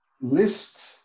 list